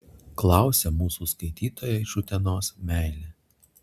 klausia mūsų skaitytoja iš utenos meilė